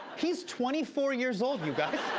he's twenty four years old, you guys.